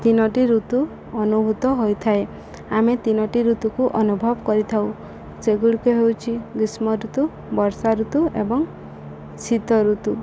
ତିନୋଟି ଋତୁ ଅନୁଭୂତ ହୋଇଥାଏ ଆମେ ତିନୋଟି ଋତୁକୁ ଅନୁଭବ କରିଥାଉ ସେଗୁଡ଼ିକ ହେଉଛିି ଗ୍ରୀଷ୍ମ ଋତୁ ବର୍ଷା ଋତୁ ଏବଂ ଶୀତ ଋତୁ